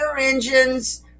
engines